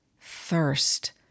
thirst